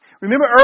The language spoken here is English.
Remember